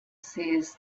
says